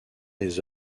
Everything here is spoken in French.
des